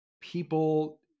people